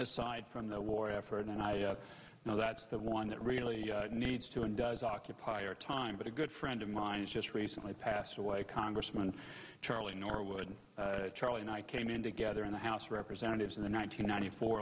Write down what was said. aside from the war effort and i know that's the one that really needs to and does occupier time but a good friend of mine just recently passed away congressman charlie norwood charlie and i came in together in the house representatives in the nine hundred ninety four